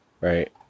Right